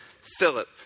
Philip